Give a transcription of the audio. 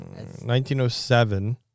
1907